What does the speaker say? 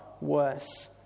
worse